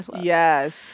yes